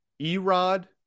Erod